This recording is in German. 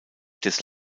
des